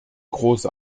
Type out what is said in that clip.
große